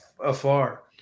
afar